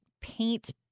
paint